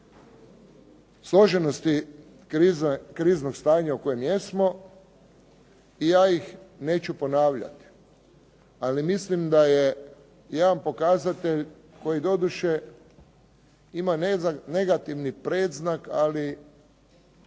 složenosti kriznog stanja u kojem jesmo i ja ih neću ponavljati. Ali mislim da je jedan pokazatelj koji doduše ima negativni predznak ali